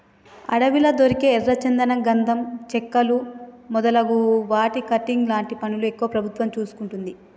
అడవిలా దొరికే ఎర్ర చందనం గంధం చెక్కలు మొదలు వాటి కటింగ్ లాంటి పనులు ఎక్కువ ప్రభుత్వం చూసుకుంటది